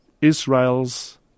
Israel's